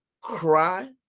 cry